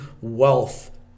wealth